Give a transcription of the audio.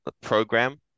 program